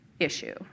Issue